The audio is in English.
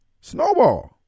Snowball